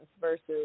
versus